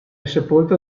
sepolta